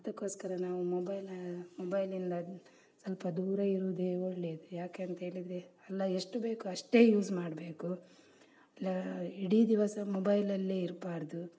ಅದಕ್ಕೋಸ್ಕರ ನಾವು ಮೊಬೈಲ ಮೊಬೈಲ್ನಿಂದ ಸ್ವಲ್ಪ ದೂರ ಇರುವುದೇ ಒಳ್ಳೆಯದು ಯಾಕೆ ಅಂಥೇಳಿದ್ರೆ ಅಲ್ಲ ಎಷ್ಟು ಬೇಕು ಅಷ್ಟೇ ಯೂಸ್ ಮಾಡಬೇಕು ಲ ಇಡೀ ದಿವಸ ಮೊಬೈಲಲ್ಲೇ ಇರಬಾರ್ದು